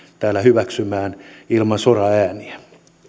täällä hyväksymään ilman soraääniä